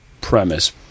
premise